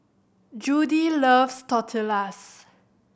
Judie loves Tortillas